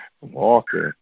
walking